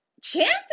chances